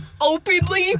openly